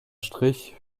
strich